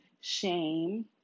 shame